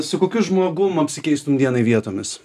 su kokiu žmogum apsikeistum dienai vietomis